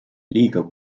liiga